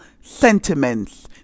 sentiments